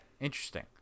interesting